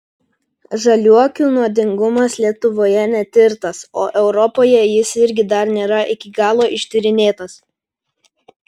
žaliuokių nuodingumas lietuvoje netirtas o europoje jis irgi dar nėra iki galo ištyrinėtas